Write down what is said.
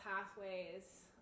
pathways